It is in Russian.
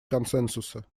консенсуса